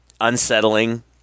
unsettling